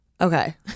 okay